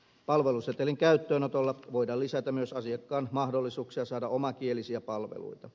palvelusetelin käyttöönotolla voidaan lisätä myös asiakkaan mahdollisuuksia saada omakielisiä palveluita